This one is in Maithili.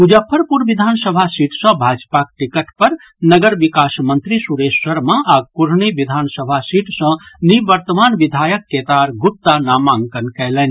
मुजफ्फरपुर विधानसभा सीट सँ भाजपाक टिकट पर नगर विकास मंत्री सुरेश शर्मा आ कुढ़नी विधानसभा सीट सँ निवर्तमान विधायक केदार गुप्ता नामांकन कयलनि